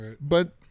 But-